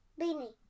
Beanie